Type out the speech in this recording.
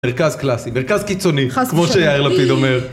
מרכז קלאסי, מרכז קיצוני, כמו שיאיר לפיד אומר.